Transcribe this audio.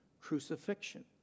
crucifixion